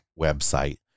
website